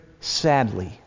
sadly